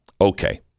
Okay